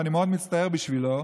ואני מאוד מצטער בשבילו,